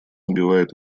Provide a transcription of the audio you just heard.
убивает